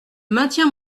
maintiens